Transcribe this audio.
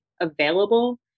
available